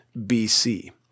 BC